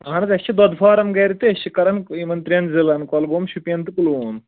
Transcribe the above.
اَہَن حظ اَسہِ چھِ دۄدٕ فارَم گَرِ تہٕ أسۍ چھِ کَران یِمَن ترٛٮ۪ن ضِلعن کۄلگوم شُپین تہٕ پُلوٗم